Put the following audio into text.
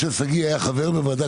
משה שגיא היה חבר בוועדה הקרואה.